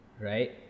right